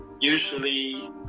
usually